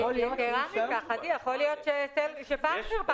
יתרה מכך, יכול להיות שפרטנר פרסו שם.